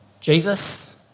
Jesus